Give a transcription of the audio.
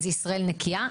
זה "ישראל נקייה".